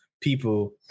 people